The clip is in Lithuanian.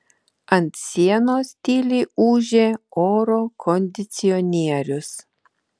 ant sienos tyliai ūžė oro kondicionierius